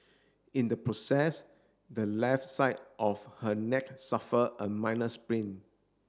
in the process the left side of her neck suffer a minor sprain